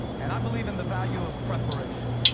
and i believe in the value of preparation.